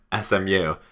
SMU